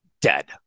dead